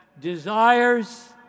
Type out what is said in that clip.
desires